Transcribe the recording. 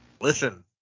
Listen